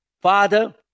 Father